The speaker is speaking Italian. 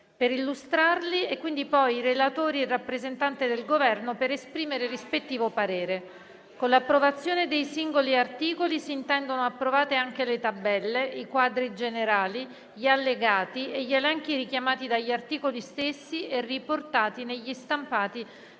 per illustrarli, e quindi i relatori e il rappresentante del Governo, per esprimere il rispettivo parere. Con l'approvazione dei singoli articoli si intendono approvate anche le tabelle, i quadri generali, gli allegati e gli elenchi richiamati dagli articoli stessi e riportati negli stampati